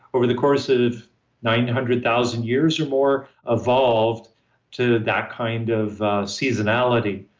over the course of nine hundred thousand years or more, evolved to that kind of a seasonality.